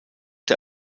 der